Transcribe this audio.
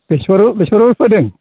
बेसर बेसरबो फोदों